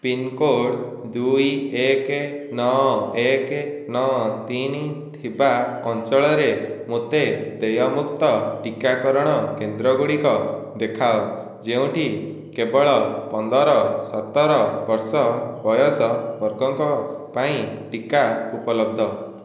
pincode ଦୁଇ ଏକ ନଅ ଏକ ନଅ ତିନି ଥିବା ଅଞ୍ଚଳରେ ମୋତେ ଦେୟମୁକ୍ତ ଟିକାକରଣ କେନ୍ଦ୍ରଗୁଡ଼ିକ ଦେଖାଅ ଯେଉଁଠି କେବଳ ପନ୍ଦର ସତର ବର୍ଷ ବୟସ ବର୍ଗଙ୍କ ପାଇଁ ଟିକା ଉପଲବ୍ଧ